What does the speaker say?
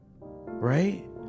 Right